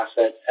asset